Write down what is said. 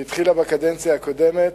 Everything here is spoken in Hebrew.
שהתחילו בקדנציה הקודמת,